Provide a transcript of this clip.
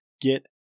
get